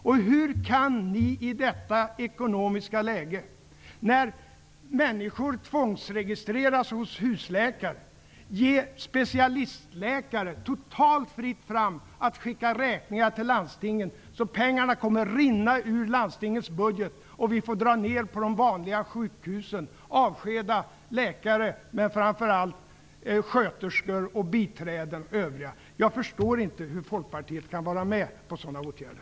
Och hur kan ni i detta ekonomiska läge, när människor tvångsregistreras hos husläkare, ge specialistläkare fritt fram att skicka räkningar till landstingen, så att pengarna kommer att rinna ur landstingens budget och vi får dra ned på de vanliga sjukhusen, avskeda läkare och framför allt sköterskor, biträden och övriga? Jag förstår inte hur Folkpartiet kan gå med på sådan åtgärder.